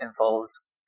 involves